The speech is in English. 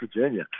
Virginia